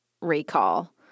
recall